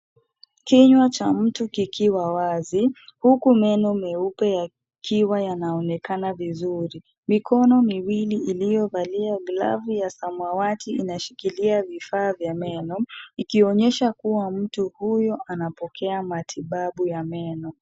Kinywa cha mtu kikiwa wazi, huku meno meupe yakiwa yanaonekana vizuri. Mikono miwili iliyovalia glavu ya samawati inashikilia vifaa vya meno, ikionyesha kuwa mtu huyo anapokea matibabu ya meno.